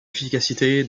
efficacité